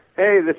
hey